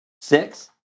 Six